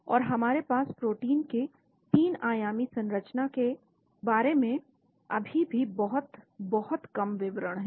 और हमारे पास प्रोटीन के 3 आयामी संरचना के बारे में अभी भी बहुत बहुत कम विवरण हैं